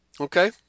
Okay